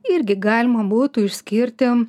irgi galima būtų išskirti